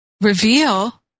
reveal